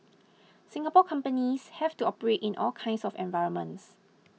Singapore companies have to operate in all kinds of environments